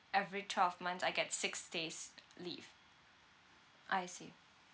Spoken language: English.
every twelve months I get six days leave I see